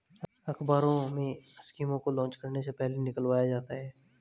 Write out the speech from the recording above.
अखबारों में स्कीमों को लान्च करने से पहले निकलवाया जाता है